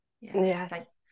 Yes